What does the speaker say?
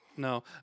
No